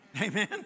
Amen